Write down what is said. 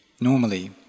normally